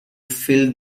fill